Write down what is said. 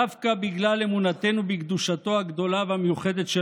דווקא בגלל אמונתנו בקדושתו הגדולה והמיוחדת של